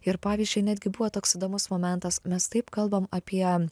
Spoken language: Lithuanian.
ir pavyzdžiui netgi buvo toks įdomus momentas mes taip kalbam apie